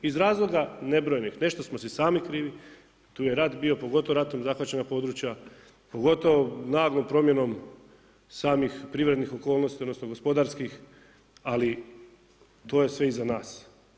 Iz razloga nebrojenih, nešto smo si sami krivi, tu je rat bio, pogotovo ratom zahvaćena područja, pogotovo naglom promjenom samih privrednih okolnosti, odnosno gospodarskih, ali to je sve iza nas.